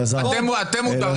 אתם מודרים?